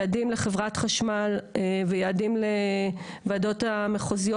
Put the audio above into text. יעדים לחברת חשמל ויעדים לוועדות המחוזיות